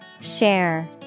Share